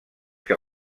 que